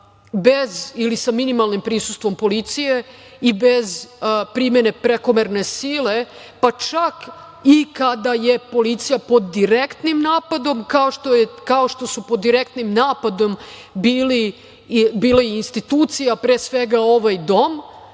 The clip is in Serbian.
ili sa minimalnim prisustvom policije i bez primene prekomerne sile, pa, čak i kada je policija pod direktnim napadom, kao što su pod direktnim bile institucije, a pre svega, ovaj dom,